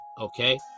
Okay